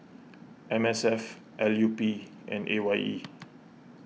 M S F L U P and A Y E